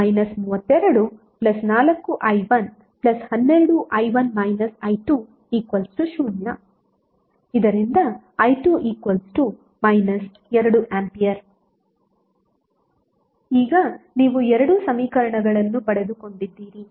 324i112i1 i20 i2 2A ಈಗ ನೀವು ಎರಡು ಸಮೀಕರಣಗಳನ್ನು ಪಡೆದುಕೊಂಡಿದ್ದೀರಿ